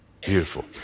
beautiful